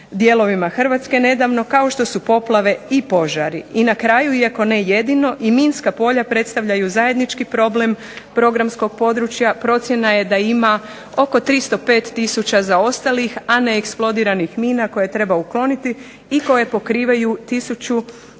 dijelovima Hrvatske nedavno, kao što su poplave i požari. I na kraju, iako ne jedino, i minska polja predstavljaju zajednički problem programskog područja. Procjena je da ima oko 305 tisuća zaostalih, a neeksplodiranih mina koje treba ukloniti i koje pokrivaju tisuću